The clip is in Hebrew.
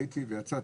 הייתי ויצאתי.